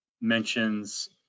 mentions